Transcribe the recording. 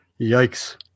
yikes